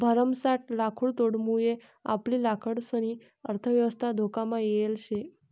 भरमसाठ लाकुडतोडमुये आपली लाकडंसनी अर्थयवस्था धोकामा येल शे